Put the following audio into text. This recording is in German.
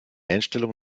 einstellung